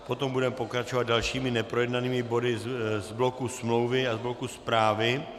Potom budeme pokračovat dalšími neprojednanými body z bloku smlouvy a z bloku zprávy.